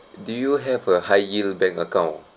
do you have a high yield bank account